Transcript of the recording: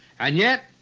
and yet,